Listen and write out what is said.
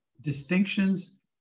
distinctions